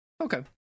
Okay